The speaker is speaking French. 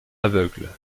aveugle